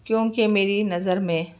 کیونکہ میری نظر میں